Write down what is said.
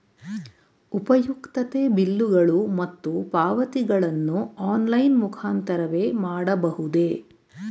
ಉಪಯುಕ್ತತೆ ಬಿಲ್ಲುಗಳು ಮತ್ತು ಪಾವತಿಗಳನ್ನು ಆನ್ಲೈನ್ ಮುಖಾಂತರವೇ ಮಾಡಬಹುದೇ?